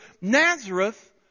Nazareth